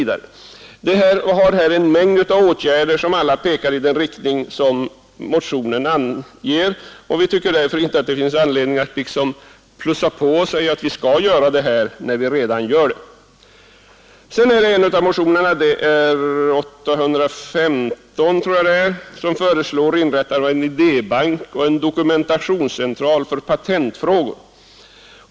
Det har här alltså vidtagits en mängd åtgärder av det slag som motionen anger, och vi anser därför inte att det finns anledning att plussa på med ytterligare organ. I motionen 1461 föreslås inrättandet av en idébank och en dokumentationscentral för patentfrågor.